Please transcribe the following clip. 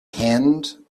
hand